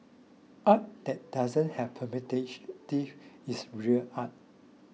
art that doesn't have is real art